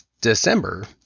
December